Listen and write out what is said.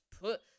put